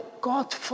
God